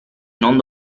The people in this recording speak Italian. non